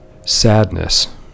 Sadness